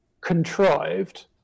contrived